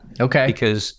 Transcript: Okay